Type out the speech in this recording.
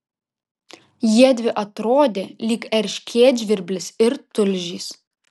jiedvi atrodė lyg erškėtžvirblis ir tulžys